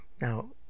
Now